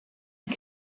and